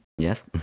Yes